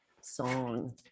song